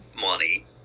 money